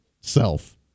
self